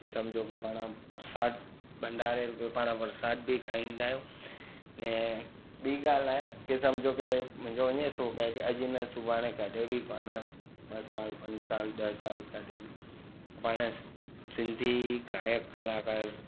की समुझो की पाणि परिसाद भंडारे जो पाणि परिसाद बि खाईंदा आहियूं अने ॿीं ॻाल्हि आहे की समुझो की मुंहिंजो अने शौक़ु आहे की अॼु न सुभाणे कॾहिं बि पाणि ॿ साल पंज साल ॾह साल कॾहिं बि पाणि सिंधी गायक कलाकार